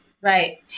Right